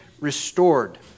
restored